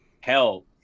Hell